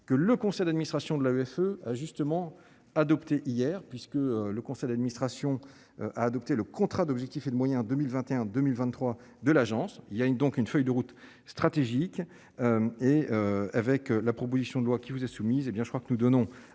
que le conseil d'administration de l'AFE ajustement adopté hier puisque le conseil d'administration a adopté le contrat d'objectifs et de moyens 2021 2023 de l'agence, il y a eu donc une feuille de route stratégique et avec la proposition de loi qui vous est soumise, hé bien je crois que nous donnons